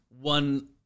one